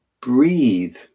breathe